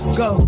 go